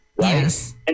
Yes